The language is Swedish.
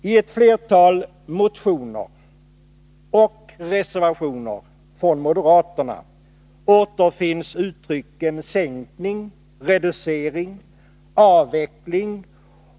I ett flertal motioner och reservationer från moderaterna återfinns orden ”sänkning”, ”reducering”, ”avveckling”.